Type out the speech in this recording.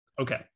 Okay